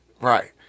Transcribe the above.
right